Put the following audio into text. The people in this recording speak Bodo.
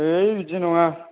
है बिदि नङा